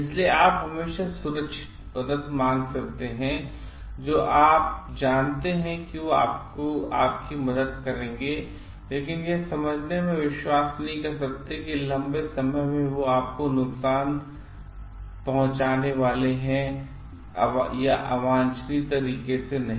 इसलिए आप हमेशा सुरक्षित मदद मांग सकते हैं जो आप जानते हैं कि वे आपकी मदद करेंगे लेकिन आप यह समझने में विश्वास नहीं कर सकते हैं कि लंबे समय में वे आपको नुकसान पहुंचाने वाले हैं या अवांछनीय तरीके से नहीं